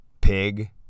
pig